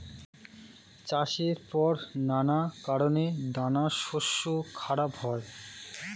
চাষের পর নানা কারণে দানাশস্য খারাপ হয়